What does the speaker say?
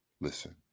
listen